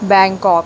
Bangkok